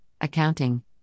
accounting